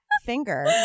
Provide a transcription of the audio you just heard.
finger